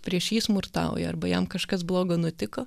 prieš jį smurtauja arba jam kažkas blogo nutiko